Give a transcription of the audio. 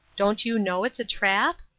don't you know it's a trap?